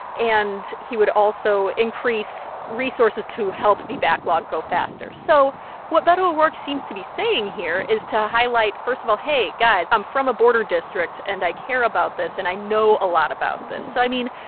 and he would also increase resources to help the backlog go faster so what beto o'rourke seems to be saying here is to highlight, first of all, hey, guys, i'm from a border district, and i care about this, and i know a lot about this. so, i mean,